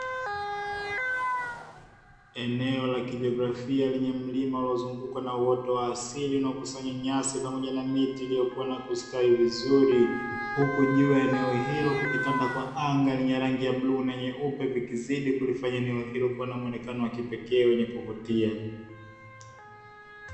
Eneo la kijografia lenye mlima uliyozungukwa na uwoto wa asili na nyasi pamoja na miti ilikuwa na kustawi vizuri, huku juu ya eneo hilo kitanda kwa anga la rangi ya bluu na nyeupe vikizidi kufanya eneo hilo kuonekana na muonekano wa kipekee wenye kuvutia.